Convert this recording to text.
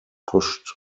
pushed